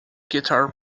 guitar